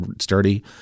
sturdy